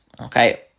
okay